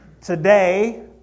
today